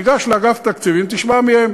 תיגש לאגף התקציבים ותשמע מהם.